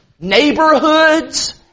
Neighborhoods